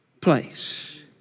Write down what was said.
place